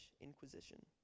Inquisition